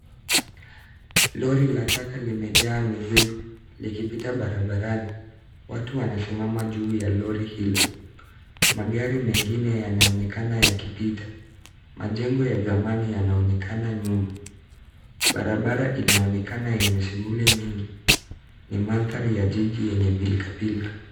Lori la taka limejaa mizigo, likipita barabarani. Watu wanasimama juu ya lori hilo. Magari mengine yanaonekana yakipita. Majengo ya zamani yanaonekana nyuma. Barabara inaonekana yenye shughuli nyingi. Ni mandhari ya jiji yenye pilkapilka.